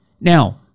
Now